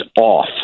off